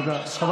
תודה.